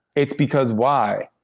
it's because why?